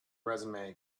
resume